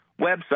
website